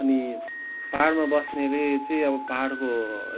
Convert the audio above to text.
अनि पाहाडमा बस्नेले चाहिँ अब पाहाडको